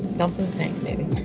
dump those tanks, baby.